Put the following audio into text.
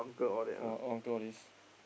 !wah! all goal this